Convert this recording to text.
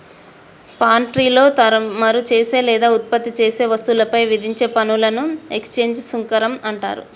పాన్ట్రీలో తమరు చేసే లేదా ఉత్పత్తి చేసే వస్తువులపై విధించే పనులను ఎక్స్చేంజ్ సుంకం అంటారు